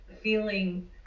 feeling